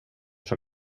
som